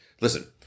Listen